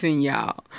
y'all